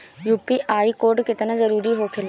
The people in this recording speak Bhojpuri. यू.पी.आई कोड केतना जरुरी होखेला?